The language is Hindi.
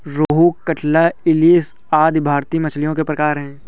रोहू, कटला, इलिस आदि भारतीय मछलियों के प्रकार है